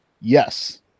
Yes